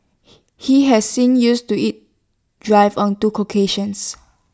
he has sing used to IT drive on two occasions